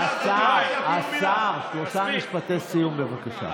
השר, שלושה משפטי סיום, בבקשה.